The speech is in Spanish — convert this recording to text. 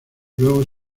luego